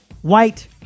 white